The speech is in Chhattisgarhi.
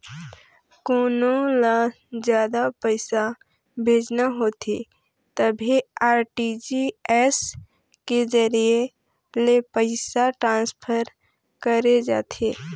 कोनो ल जादा पइसा भेजना होथे तभे आर.टी.जी.एस के जरिए ले पइसा ट्रांसफर करे जाथे